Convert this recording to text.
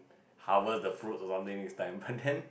hover the food or something next time but then